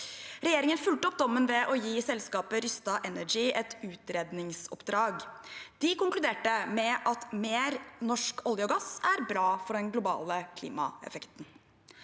Regjeringen har fulgt opp dommen ved å gi selskapet Rystad Energy et utredningsoppdrag. De konkluderte med at mer norsk olje og gass er bra for den globale klimaeffekten.